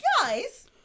guys